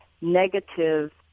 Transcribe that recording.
negative